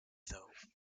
though